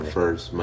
first